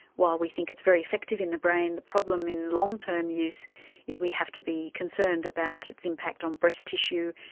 while we think it's very effective in the brain, the problem in long-term use is we have to be concerned about its impact on breast tissue,